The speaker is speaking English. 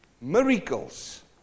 Miracles